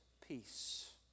peace